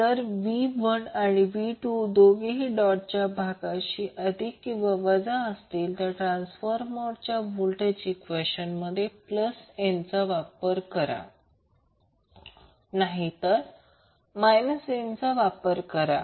जर V1 आणि V2 दोघेही डॉटच्या भागाशी अधिक किंवा वजा असतील तर ट्रांसफार्मरच्या व्होल्टेज ईक्वेशनमध्ये n चा वापर करा नाहीतर n चा वापर करा